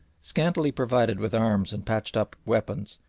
scantily provided with arms and patched-up weapons,